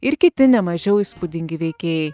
ir kiti ne mažiau įspūdingi veikėjai